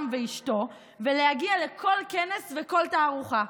ואשתו ולהגיע לכל כנס ולכל תערוכה.